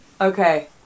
Okay